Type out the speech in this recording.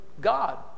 God